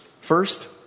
First